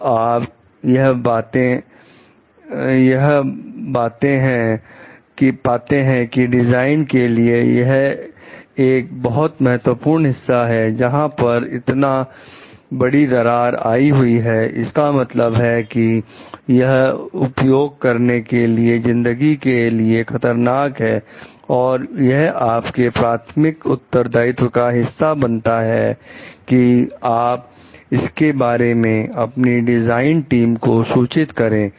जब आप यह बातें हैं कि डिजाइन के लिए यह एक बहुत महत्वपूर्ण हिस्सा है जहां पर इतना बड़ी दरार आई हुई है इसका मतलब है कि यह उपयोग करने वाले की जिंदगी के लिए खतरा है और यह आपके प्राथमिक उत्तरदायित्व का हिस्सा बनता है कि आप इसके बारे में अपनी डिजाइन टीम को सूचित करें